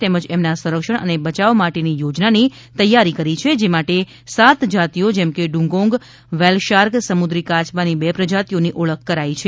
તેમજ એમના સંરક્ષણ અને બચાવ માટેની યોજનાની તૈયારી કરી છે જે માટે સાત જાતિઓ જેમકે ડુગોંગ વ્હેલ શાર્ક સમુદ્રી કાયબો બે પ્રજાતિઓની ઓળખ કરાઇ છે